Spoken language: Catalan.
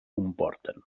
comporten